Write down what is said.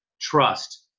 trust